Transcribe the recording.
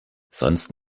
sonst